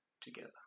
together